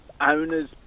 owners